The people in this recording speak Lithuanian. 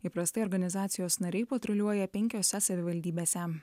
įprastai organizacijos nariai patruliuoja penkiose savivaldybėse